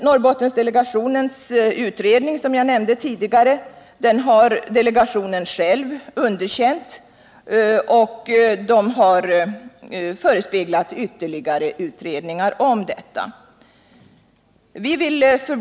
Norrbottendelegationens tidigare omtalade utredning har delegationen själv underkänt, och ytterligare utredningar härom har förespeglats.